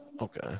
Okay